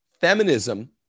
feminism